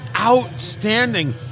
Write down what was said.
outstanding